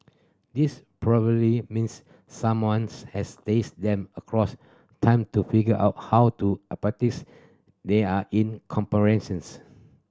this probably means someones has taste them across time to figure out how to they are in comparisons